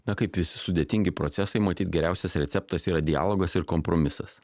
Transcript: na kaip visi sudėtingi procesai matyt geriausias receptas yra dialogas ir kompromisas